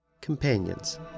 Companions